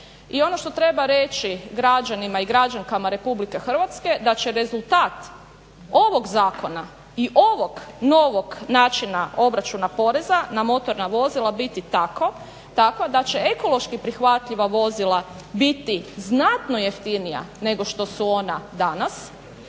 i ono što treba reći građanima i građankama Republike Hrvatske da će rezultat ovog zakona i ovog novog načina obračuna poreza na motorna vozila biti takva da će ekološki prihvatljiva vozila biti znatno jeftinija nego što su ona danas.